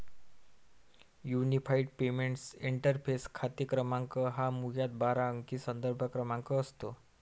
unified payments interface खाते क्रमांक हा मुळात बारा अंकी संदर्भ क्रमांक असतो